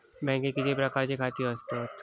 बँकेत किती प्रकारची खाती असतत?